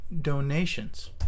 donations